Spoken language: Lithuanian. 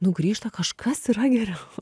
nu grįžta kažkas yra geriau